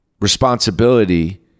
responsibility